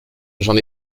j’en